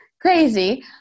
crazy